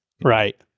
Right